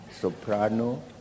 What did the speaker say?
soprano